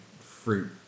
fruit